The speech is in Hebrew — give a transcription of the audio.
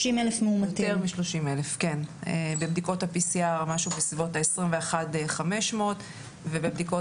בבדיקות ה-PCR משהו בסביבות ה-21,500 ובבדיקות